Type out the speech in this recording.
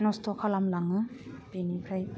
नस्थ' खालामलाङो बिनिफ्राय